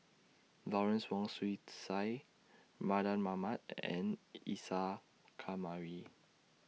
Lawrence Wong Shyun Tsai Mardan Mamat and Isa Kamari